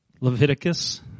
Leviticus